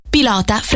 Pilota